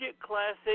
classic